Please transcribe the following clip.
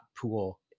pool